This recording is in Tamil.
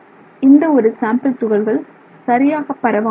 இந்த ஒரு ஒரு சாம்பிள் துகள்கள் சரியாக பரவாமல் உள்ளன